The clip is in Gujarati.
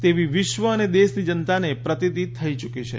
તેવી વિશ્વ અને દેશની જનતાને પ્રતિતી થઈ યુકી છે